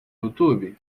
youtube